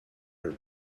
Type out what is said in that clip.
her